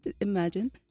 imagine